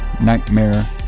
nightmare